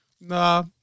Nah